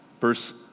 verse